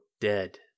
dead